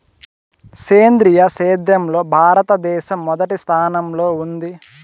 సేంద్రీయ సేద్యంలో భారతదేశం మొదటి స్థానంలో ఉంది